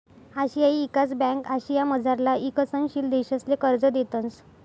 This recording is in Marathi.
आशियाई ईकास ब्यांक आशियामझारला ईकसनशील देशसले कर्ज देतंस